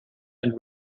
and